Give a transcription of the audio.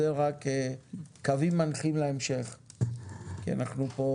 זה רק קווים מנחים להמשך כי אנחנו פה